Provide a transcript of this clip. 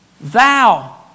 thou